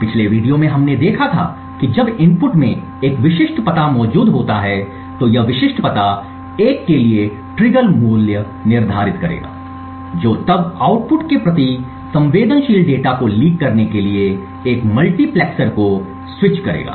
पिछले वीडियो में हमने देखा था कि जब इनपुट में एक विशिष्ट पता मौजूद होता है तो यह विशिष्ट पता 1 के लिए ट्रिगर मूल्य निर्धारित करेगा जो तब आउटपुट के प्रति संवेदनशील डेटा को लीक करने के लिए एक मल्टीप्लेक्सर को स्विच करेगा